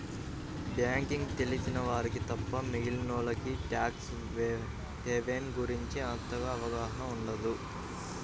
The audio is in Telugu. బ్యేంకింగ్ తెలిసిన వారికి తప్ప మిగిలినోల్లకి ట్యాక్స్ హెవెన్ గురించి అంతగా అవగాహన ఉండదు